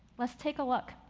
let's take a look.